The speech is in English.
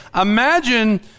Imagine